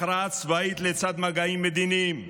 הכרעה צבאית לצד מגעים מדיניים.